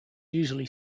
usually